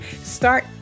start